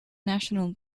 national